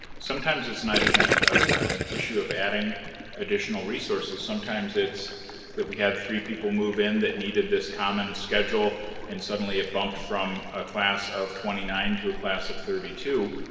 sometimes it's not even ah an issue of adding additional resources. sometimes it's that we had three people move in that needed this common schedule and suddenly it bumped from a class of twenty nine to a class of thirty two.